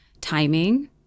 timing